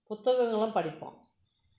புத்தகங்களும் படிப்போம்